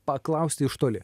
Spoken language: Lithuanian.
paklausti iš toli